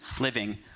living